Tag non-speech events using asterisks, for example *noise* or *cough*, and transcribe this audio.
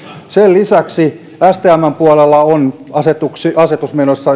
sen lisäksi stmn puolella on asetus menossa *unintelligible*